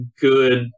good